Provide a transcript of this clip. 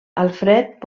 alfred